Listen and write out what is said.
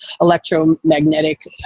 electromagnetic